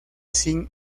sin